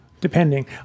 depending